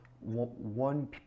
one